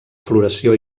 floració